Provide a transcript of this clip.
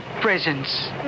presence